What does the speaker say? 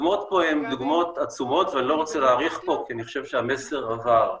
הדוגמאות כאן הן עצומות ואני לא רוצה להאריך פה כי אני חושב שהמסר עבר.